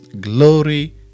Glory